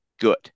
good